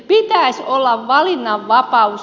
pitäisi olla valinnanvapaus